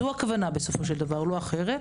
זו הכוונה ולא אחרת.